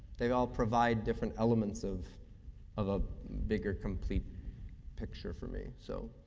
they all provide different elements of of a bigger, complete picture for me. so,